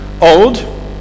old